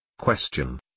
Question